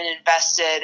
invested